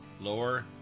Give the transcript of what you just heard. lower